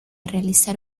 realizar